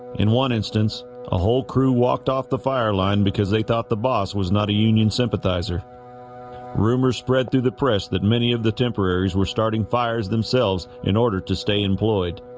in one instance a whole crew walked off the fire line because they thought the boss was not a union sympathizer rumors spread through the press that many of the temporaries were starting fires themselves in order to stay employed